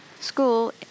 school